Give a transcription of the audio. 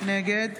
נגד